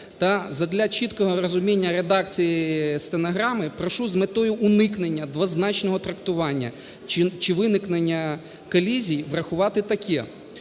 та задля чіткого розуміння редакції стенограми прошу з метою уникнення двозначного трактування чи виникнення колізій врахувати таке.